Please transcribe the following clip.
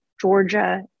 Georgia